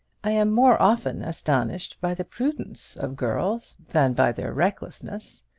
i am more often astonished by the prudence of girls than by their recklessness.